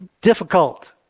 difficult